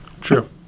True